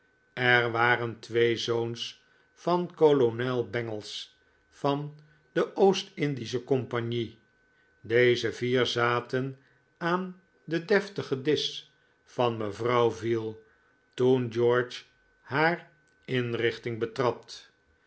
er waren twee zoons van kolonel bangles van de oost-indische compagnie deze vier zaten aan den deftigen disch van mevrouw veal toen george haar inrichting betrad